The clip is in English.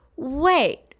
wait